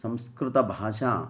संस्कृतभाषा